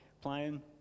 playing